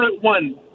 one